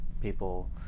people